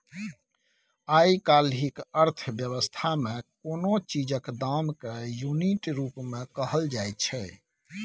आइ काल्हिक अर्थ बेबस्था मे कोनो चीजक दाम केँ युनिट रुप मे कहल जाइ छै